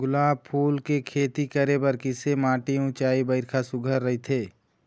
गुलाब फूल के खेती करे बर किसे माटी ऊंचाई बारिखा सुघ्घर राइथे?